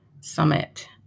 summit